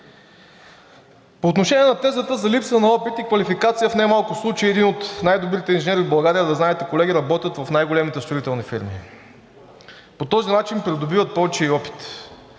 По отношение на тезата за липса на опит и квалификация, в немалко случаи едни от най-добрите инженери в България, да знаете, колеги, работят в най-големите строителни фирми. По този начин придобиват и повече опит.